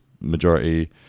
majority